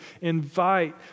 invite